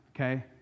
okay